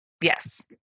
yes